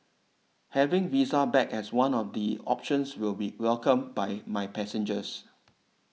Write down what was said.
having visa back as one of the options will be welcomed by my passengers